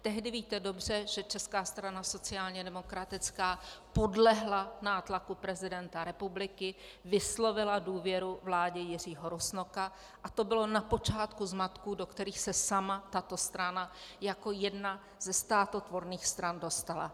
Tehdy, víte dobře, že Česká strana sociálně demokratická podlehla nátlaku prezidenta republiky, vyslovila důvěru vládě Jiřího Rusnoka a to bylo na počátku zmatků, do kterých se sama tato strana jako jedna ze státotvorných stran dostala.